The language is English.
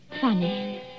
Funny